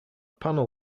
panel